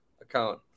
account